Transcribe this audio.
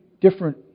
different